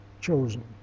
chosen